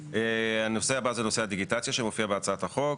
הנושא הבא זה נושא הדיגיטציה, שמופיע בהצעת החוק.